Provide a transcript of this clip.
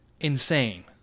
insane